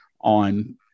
on